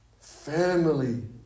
Family